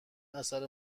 اثر